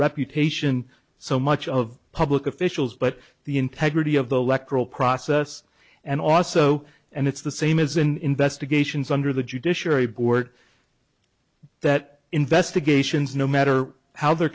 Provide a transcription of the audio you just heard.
reputation so much of public officials but the integrity of the electoral process and also and it's the same as an investigations under the judiciary board that investigations no matter how the